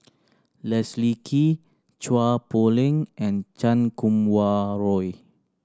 Leslie Kee Chua Poh Leng and Chan Kum Wah Roy